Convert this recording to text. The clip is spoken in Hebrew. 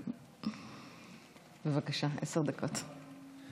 בבקשה, עשר דקות.